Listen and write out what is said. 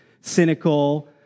cynical